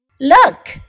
Look